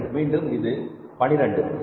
மீண்டும் இது 12 சரி